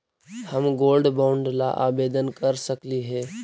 हम gold bond ला आवेदन कर सकली हे?